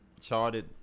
charted